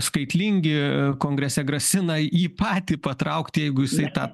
skaitlingi kongrese grasina jį patį patraukt jeigu jisai tą